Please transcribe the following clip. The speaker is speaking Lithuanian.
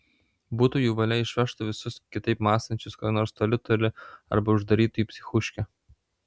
būtų jų valia išvežtų visus kitaip mąstančius kur nors toli toli arba uždarytų į psichūškę